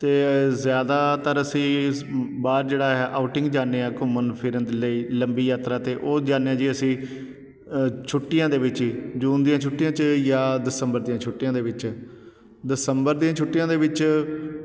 ਅਤੇ ਜ਼ਿਆਦਾਤਰ ਅਸੀਂ ਬਾਹਰ ਜਿਹੜਾ ਹੈ ਆਊਟਿੰਗ ਜਾਂਦੇ ਹਾਂ ਘੁੰਮਣ ਫਿਰਨ ਦੇ ਲਈ ਲੰਬੀ ਯਾਤਰਾ 'ਤੇ ਉਹ ਜਾਂਦੇ ਜੀ ਅਸੀਂ ਛੁੱਟੀਆਂ ਦੇ ਵਿੱਚ ਹੀ ਜੂਨ ਦੀਆਂ ਛੁੱਟੀਆਂ 'ਚ ਜਾਂ ਦਸੰਬਰ ਦੀਆਂ ਛੁੱਟੀਆਂ ਦੇ ਵਿੱਚ ਦਸੰਬਰ ਦੀਆਂ ਛੁੱਟੀਆਂ ਦੇ ਵਿੱਚ